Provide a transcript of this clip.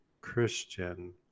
Christian